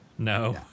No